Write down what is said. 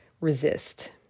resist